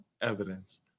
evidence